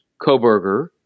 Koberger